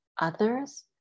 others